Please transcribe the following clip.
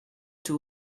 two